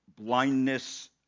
blindness